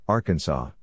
Arkansas